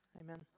Amen